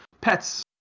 pets